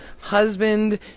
husband